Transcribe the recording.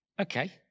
okay